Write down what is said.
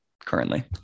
currently